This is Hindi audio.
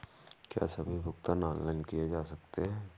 क्या सभी भुगतान ऑनलाइन किए जा सकते हैं?